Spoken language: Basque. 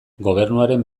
gobernuaren